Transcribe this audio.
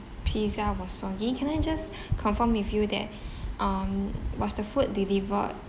pizza was soggy can I just confirm with you that um was the food delivered